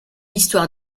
histoire